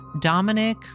Dominic